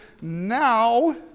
now